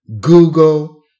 Google